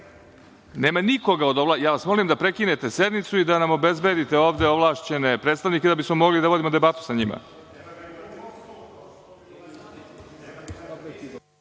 Nema nijednog.)Molim Vas da prekinete sednicu i da nam obezbedite ovde ovlašćene predstavnike, da bismo mogli da vodimo debatu sa njima.